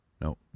No